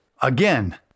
Again